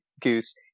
Goose